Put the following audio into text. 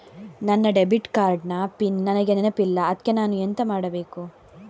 ನನ್ನ debit card ನ pin ನನಗೆ ನೆನಪಿಲ್ಲ ಅದ್ಕೆ ನಾನು ಎಂತ ಮಾಡಬೇಕು?